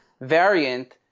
variant